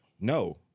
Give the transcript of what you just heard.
no